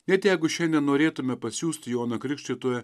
net jeigu šiandien norėtume pasiųst joną krikštytoją